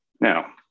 Now